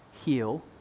heal